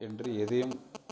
என்று எதையும்